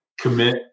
commit